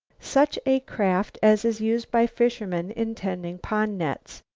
such a craft as is used by fishermen in tending pond-nets.